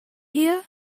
here